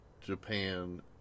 Japan